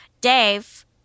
Dave